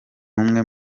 umwe